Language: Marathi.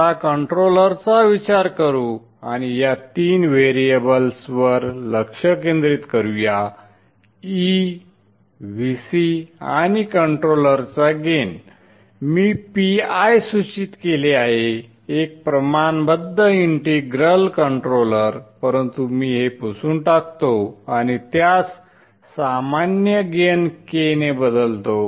आता कंट्रोलरचा विचार करू आणि या तीन व्हेरिएबल्सवर लक्ष केंद्रित करूया e Vc आणि कंट्रोलरचा गेन मी PI सूचित केले आहे एक प्रमाणबध्द इंटिग्रल कंट्रोलर परंतु मी हे पुसून टाकतो आणि त्यास सामान्य गेन k ने बदलतो